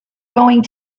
going